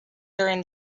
during